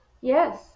Yes